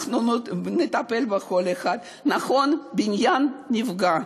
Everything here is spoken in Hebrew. אני צריכה להגיד עד כמה אנשים ואזרחים טובים,